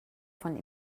von